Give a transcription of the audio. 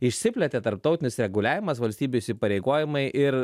išsiplėtė tarptautinis reguliavimas valstybių įpareigojimai ir